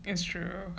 it's true